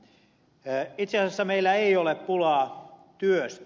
itse asiassa meillä ei ole pulaa työstä